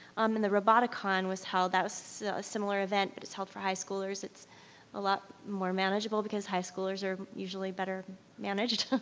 um and the roboticon was held, that was so a similar event, but it's held for high schoolers. it's a lot more manageable because high schoolers are usually better managed,